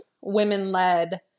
women-led